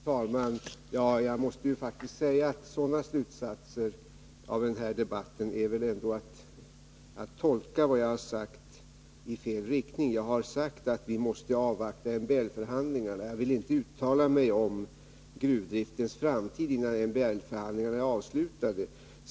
Fru talman! Jag måste faktiskt säga att om man drar sådana slutsatser av den här debatten är det väl ändå att tolka vad jag har sagt i fel riktning. Jag har sagt att vi måste avvakta utgången av MBL-förhandlingarna, och jag vill inte uttala mig om gruvdriftens framtid innan MBL-förhandlingarna är avslutade.